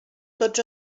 tots